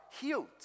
healed